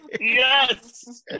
Yes